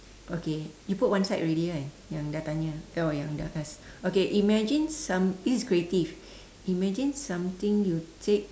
okay you put one side already kan yang dah tanya or yang dah kasih okay imagine some~ this is creative imagine something you take